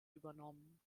übernommen